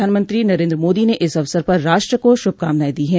प्रधानमंत्री नरेन्द्र मोदी ने इस अवसर पर राष्ट्र को शुभकामनाएं दी हैं